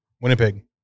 Winnipeg